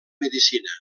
medicina